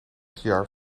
jaar